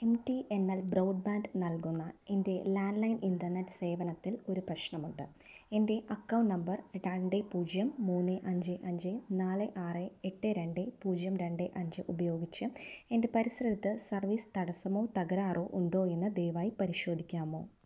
M T N L broadband നൽകുന്ന എൻ്റെ landline internet സേവനത്തിൽ ഒരു പ്രശ്നമുണ്ട് എൻ്റെ അക്കൗണ്ട് നമ്പർ രണ്ട് പൂജ്യം മൂന്ന് അഞ്ച് അഞ്ച് നാല് ആറ് എട്ട് രണ്ട് പൂജ്യം രണ്ട് അഞ്ച് ഉപയോഗിച്ച് എൻ്റെ പരിസരത്ത് സർവീസ് തടസ്സമോ തകരാറോ ഉണ്ടോ എന്ന് ദയവായി പരിശോധിക്കാമോ